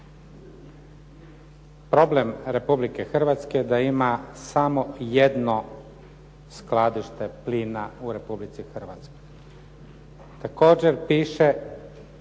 Problem Republike Hrvatske je da ima samo jedno skladište plina u Republici Hrvatskoj. Također piše